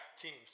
Teams